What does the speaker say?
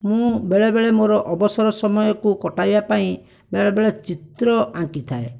ମୁଁ ବେଳେ ବେଳେ ମୋର ଅବସର ସମୟକୁ କଟାଇବା ପାଇଁ ବେଳେ ବେଳେ ଚିତ୍ର ଆଙ୍କିଥାଏ